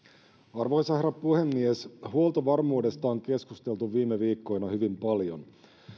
arvoisa herra puhemies huoltovarmuudesta on keskusteltu viime viikkoina hyvin paljon